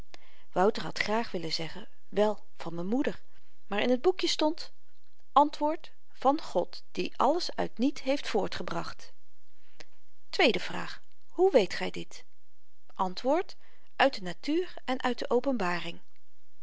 wouter had graag willen zeggen wel van m'n moeder maar in t boekje stond antw van god die alles uit niet heeft voortgebracht e vraag hoe weet gy dit antw uit de natuur en uit de openbaring